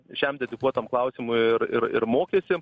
šiam dedikuotam klausimui ir ir ir mokyti